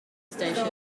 station